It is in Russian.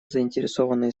заинтересованные